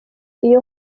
iyo